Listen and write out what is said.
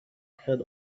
had